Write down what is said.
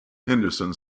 henderson